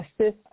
assist